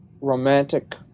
romantic